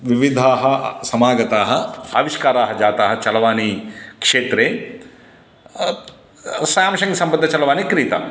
विविधाः समागताः आविष्काराः जाताः चरवाणीक्षेत्रे साम्शङ्ग् सम्बद्धचरवाणी क्रीता